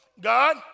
God